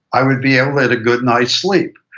i would be able to get a good night's sleep.